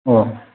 अ